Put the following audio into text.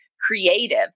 creative